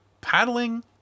Paddling